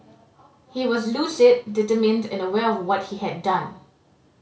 he was lucid determined and aware of what he had done